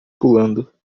pulando